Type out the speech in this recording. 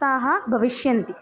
ताः भविष्यन्ति